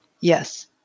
Yes